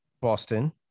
boston